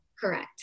Correct